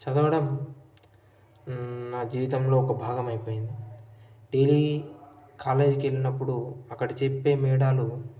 చదవడం నా జీవితంలో ఒక భాగం అయిపోయింది డైలీ కాలేజీకి వెళ్ళినప్పుడు అక్కడ చెప్పే మేడమ్లు